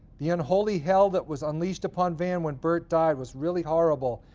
the unholy hell that was unleashed upon van when bert died was really horrible,